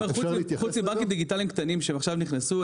ואני אומר שחוץ מבנקים דיגיטליים קטנים שנכנסו עכשיו,